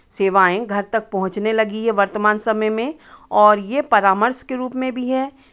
सेवाएँ घर तक पहुंचने लगी है वर्तमान समय में और ये परामर्श के रूप में भी है